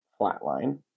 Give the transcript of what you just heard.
flatline